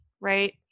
right